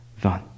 done